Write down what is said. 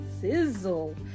sizzle